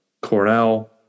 Cornell